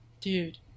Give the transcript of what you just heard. dude